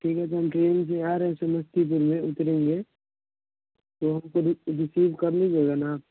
ठीक है तो हम ट्रेन से आ रहे हैं समस्तीपुर में उतरेंगे तो हमको रि रिसीव कर लीजिएगा ना